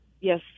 Yes